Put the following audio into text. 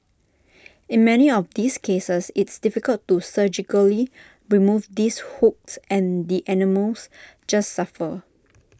in many of these cases it's difficult to surgically remove these hooks and the animals just suffer